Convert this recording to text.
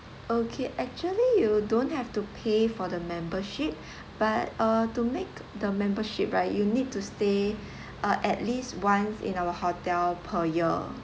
okay actually you don't have to pay for the membership but uh to make the membership right you need to stay uh at least once in our hotel per year